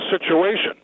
situation